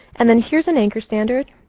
and then here's an anchor standard.